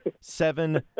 seven